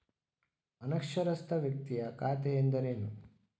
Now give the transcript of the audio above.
ಅನಕ್ಷರಸ್ಥ ವ್ಯಕ್ತಿಯ ಖಾತೆ ಎಂದರೇನು?